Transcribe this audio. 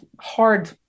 hard